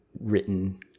written